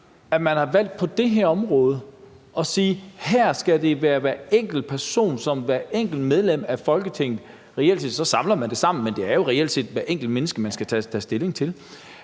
at man har valgt på det her område at sige, at her skal det være hver enkelt person, som hvert enkelt medlem af Folketinget skal tage stilling til? Reelt set samler man det sammen, men det er jo reelt set hvert enkelt menneske, man skal tage stilling til.